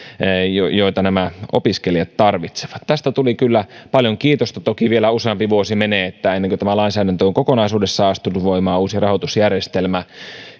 joita nämä opiskelijat tarvitsevat tästä tuli kyllä paljon kiitosta toki vielä useampi vuosi menee ennen kuin tämä lainsäädäntö on kokonaisuudessaan astunut voimaan uusi rahoitusjärjestelmä